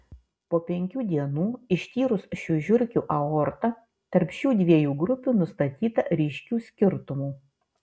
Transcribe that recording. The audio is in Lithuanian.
po penkių dienų ištyrus šių žiurkių aortą tarp šių dviejų grupių nustatyta ryškių skirtumų